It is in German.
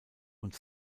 und